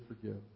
forgive